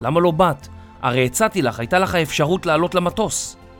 למה לא באת? הרי הצעתי לך, הייתה לך האפשרות לעלות למטוס